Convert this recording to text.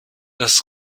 das